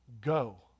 go